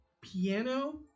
piano